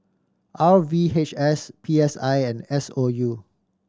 R V H S P S I and S O U